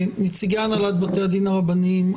נציגי הנהלת בתי הדין הרבניים,